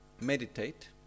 meditate